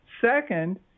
Second